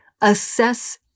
assess